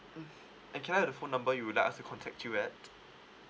mm and can I have your phone number you would like us to contact you at